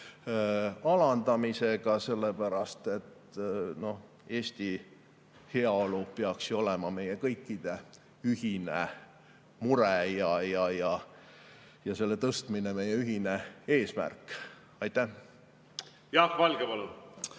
alandamisega, sellepärast et Eesti heaolu peaks ju olema meie kõikide ühine mure ja selle tõstmine meie ühine eesmärk. Jaak Valge,